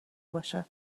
باشد